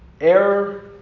Error